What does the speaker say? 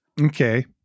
Okay